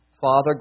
Father